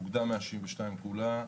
אוגדה 162 כולה.